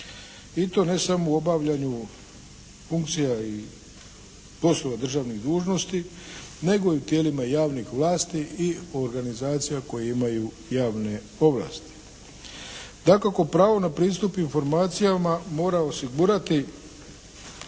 i to ne samo u obavljanju funkcija i poslova državnih dužnosti, nego i tijelima javnih vlasti i organizacija koje imaju javne ovlasti. Dakako pravo na pristup informacijama mora osigurati